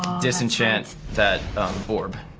disenchant that orb.